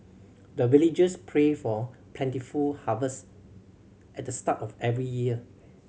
the villagers pray for plentiful harvest at the start of every year